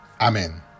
Amen